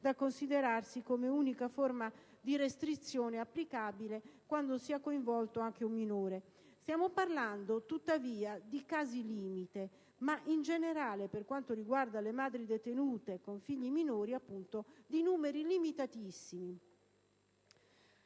da considerarsi come unica forma di restrizione applicabile quando sia coinvolto anche un minore. Stiamo parlando peraltro di casi limite, ma, in generale, per quanto riguarda le madri detenute con figli minori, di numeri limitatissimi.